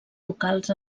locals